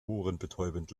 ohrenbetäubend